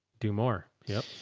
do more. yeah.